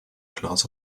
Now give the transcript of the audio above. class